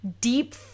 deep